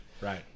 Right